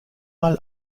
mal